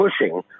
pushing